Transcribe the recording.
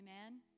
Amen